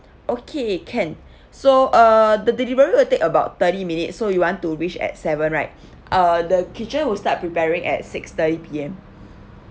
okay can so uh the delivery will take about thirty minutes so you want to reach at seven right uh the kitchen will start preparing at six thirty P_M